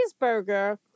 cheeseburger